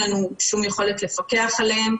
אין לנו שום לפקח עליהם.